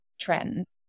trends